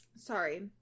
Sorry